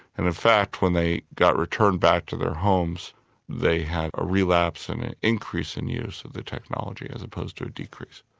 and in fact when they got returned back to their homes they had a relapse and an increase in use of the technology as opposed to a decrease.